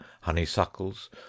honeysuckles